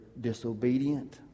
disobedient